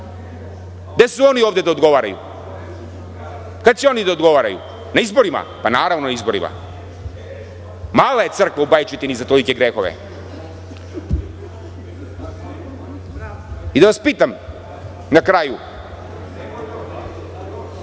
gde su oni ovde da odgovaraju, kad će oni da odgovaraju. Da li će na izborima? Naravno, na izborima. Mala je crkva u Baječitini za tolike grehove. Da vas pitam na kraju,